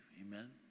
Amen